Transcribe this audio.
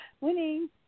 winning